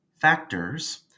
factors